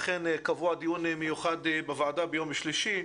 אכן קבוע דיון מיוחד בוועדה ביום שלישי.,